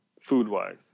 food-wise